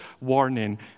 warning